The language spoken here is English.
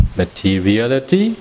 materiality